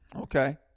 Okay